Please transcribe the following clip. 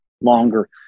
longer